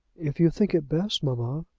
if you think it best, mamma.